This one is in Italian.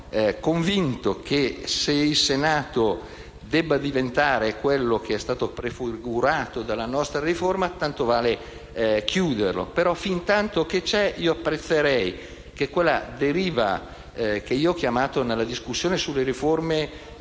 Sono convinto che se il Senato deve diventare ciò che è stato prefigurato dalla nostra riforma, tanto vale chiuderlo; tuttavia, finché c'è io apprezzerei che quella deriva, che nella discussione sulle riforme